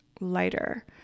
lighter